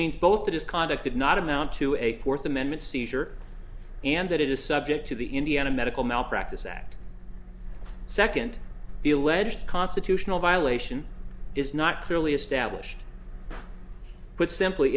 means both that his conduct did not amount to a fourth amendment seizure and that it is subject to the indiana medical malpractise act second the alleged constitutional violation is not clearly established put simply